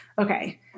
Okay